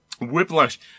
Whiplash